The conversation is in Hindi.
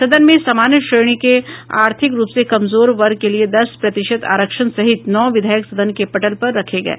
सदन में सामान्य श्रेणी के आर्थिक रूप से कमजोर वर्ग के लिए दस प्रतिशत आरक्षण सहित नौ विधेयक सदन के पटल पर रखे गये